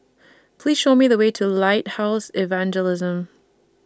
Please Show Me The Way to Lighthouse Evangelism